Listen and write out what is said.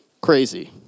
Crazy